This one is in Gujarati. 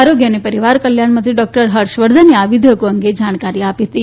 આરોગ્ય અને પરિવાર કલ્યાણમંત્રી ડોકટર હર્ષવર્ધને આ વિઘેયકો અંગે જાણકારી અપાઈ